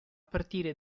partire